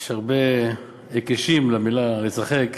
יש הרבה היקשים למילה לצחק.